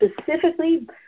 specifically